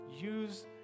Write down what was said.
use